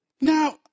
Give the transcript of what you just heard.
Now